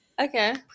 Okay